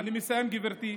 אני מסיים, גברתי.